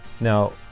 Now